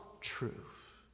truth